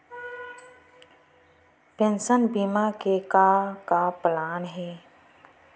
Pension बीमा के का का प्लान हे?